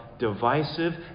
divisive